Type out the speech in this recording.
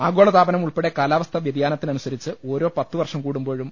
ആഗോള താപനം ഉൾപ്പെടെ കാലാവസ്ഥാ വൃതി യാനത്തിനനുസരിച്ച് ഓരോ പത്തു വർഷം കൂടുമ്പോഴും